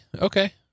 okay